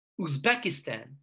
Uzbekistan